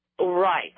Right